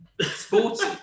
sporty